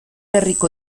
herriko